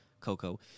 Coco